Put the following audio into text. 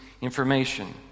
information